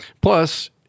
Plus